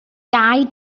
dau